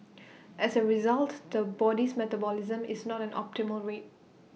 as A result the body's metabolism is not an optimal rate